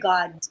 God